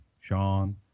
Sean